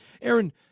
Aaron